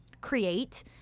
create